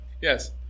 Yes